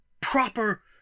Proper